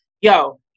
yo